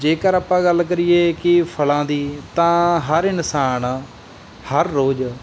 ਜੇਕਰ ਆਪਾਂ ਗੱਲ ਕਰੀਏ ਕਿ ਫਲਾਂ ਦੀ ਤਾਂ ਹਰ ਇਨਸਾਨ ਹਰ ਰੋਜ਼